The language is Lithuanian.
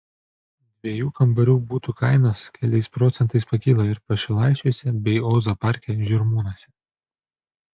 dviejų kambarių butų kainos keliais procentais pakilo ir pašilaičiuose bei ozo parke žirmūnuose